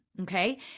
okay